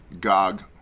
Gog